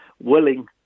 willing